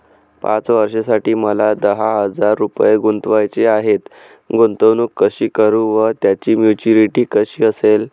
पाच वर्षांसाठी मला दहा हजार रुपये गुंतवायचे आहेत, गुंतवणूक कशी करु व त्याची मॅच्युरिटी कशी असेल?